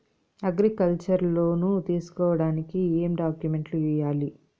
Agriculture loan తీసుకోడానికి ఏం డాక్యుమెంట్లు ఇయ్యాలి?